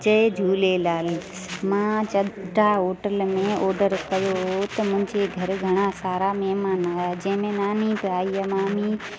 जय झूलेलाल मां चडा होटल में ऑडर कयो हुओ त मुंहिंजे घर घणा सारा महिमान आहियां जंहिंमें नानी बि आई आहे मामी मासा त सभु